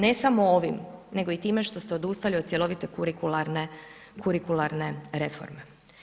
Ne samo ovim nego i time što ste odustali od cjelovite kurikularne reforme.